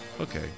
Okay